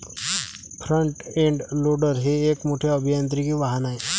front end loader हे एक मोठे अभियांत्रिकी वाहन आहे